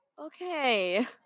Okay